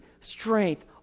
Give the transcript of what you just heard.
strength